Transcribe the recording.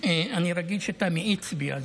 אני רגיל שאתה מאיץ בי.